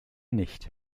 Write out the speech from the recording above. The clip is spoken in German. nicht